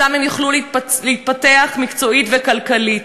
שם הם יוכלו להתפתח מקצועית וכלכלית.